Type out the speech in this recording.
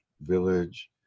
village